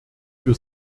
für